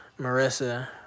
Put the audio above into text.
Marissa